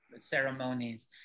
ceremonies